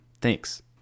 thanks